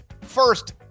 first